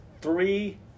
three